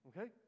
Okay